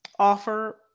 offer